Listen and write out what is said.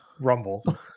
Rumble